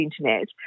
internet